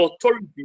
authority